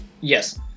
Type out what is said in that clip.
yes